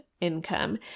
Income